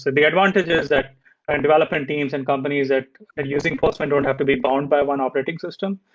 the advantage is that development teams and companies that are using postman don't have to be bound by one operating system.